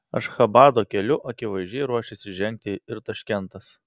ašchabado keliu akivaizdžiai ruošiasi žengti ir taškentas